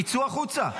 יצאו החוצה.